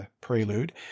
prelude